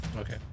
Okay